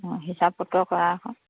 অঁ হিচাপ পত্ৰ কৰা আকৌ